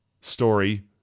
story